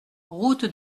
route